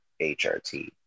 HRT